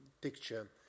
picture